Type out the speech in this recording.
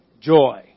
joy